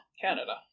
Canada